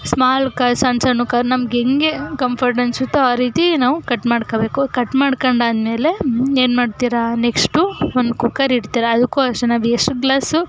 ಸ್ಮಾಲ್ಕ ಸಣ್ಣ ಸಣ್ಣಗೆ ನಮಗೆಂಗೆ ಕಂಫರ್ಟ್ ಅನ್ನಿಸುತ್ತೋ ಆ ರೀತಿ ನಾವು ಕಟ್ ಮಾಡ್ಕೊಳ್ಬೇಕು ಕಟ್ ಮಾಡ್ಕೊಂಡಾದ್ಮೇಲೆ ಏನು ಮಾಡ್ತೀರ ನೆಕ್ಸ್ಟು ಒಂದು ಕುಕ್ಕರ್ ಇಡ್ತೀರ ಅದಕ್ಕೂ ಅಷ್ಟೇನ ಬಿ ಎಷ್ಟು ಗ್ಲಾಸು